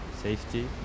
safety